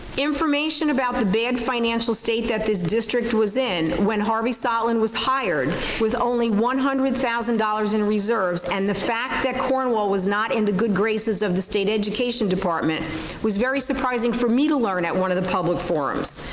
information about the bad financial state that this district was in when harvey solom was hired with only one hundred thousand dollars in reserves and the fact that cornwall was not in the good graces of the state education department was very surprising for me to learn at one of the public forums.